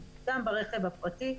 ברכב הפרטי,